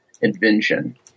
invention